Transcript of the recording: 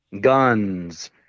guns